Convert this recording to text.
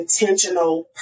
intentional